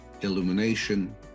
illumination